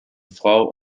frau